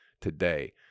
today